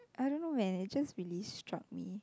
I don't know man it just really strike me